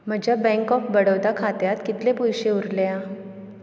म्हज्या bank of Baroda खात्यात कितले पयशे उरल्या